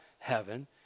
heaven